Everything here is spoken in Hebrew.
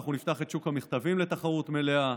אנחנו נפתח את שוק המכתבים לתחרות מלאה.